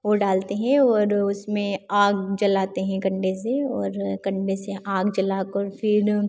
वह डालते हैं और उसमें आग जलाते हैं कंडे से और कंडे से आग जलाकर फिर